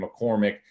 McCormick